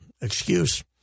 excuse